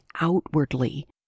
outwardly